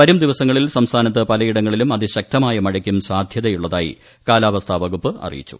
വരും ദിവസങ്ങളിൽ സ്ട്രസ്മാനത്ത് പലയിടങ്ങളിലും അതിശക്തമായ മഴയ്ക്കും സാധൃത്യുള്ള്തായി കാലാവസ്ഥാ വകുപ്പ് അറിയിച്ചു